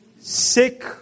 Sick